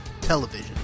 television